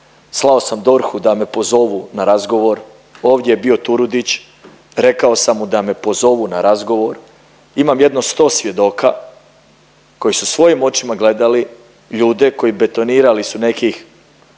slao sam DORH-u da me pozovu na razgovor. Ovdje je bio Turudić, rekao sam mu da me pozovu na razgovor. Imam jedno sto svjedoka koji su svojim očima gledali ljude koji betonirali su nekih